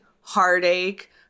heartache